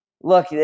look